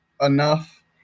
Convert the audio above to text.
enough